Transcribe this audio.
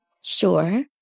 Sure